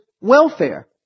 welfare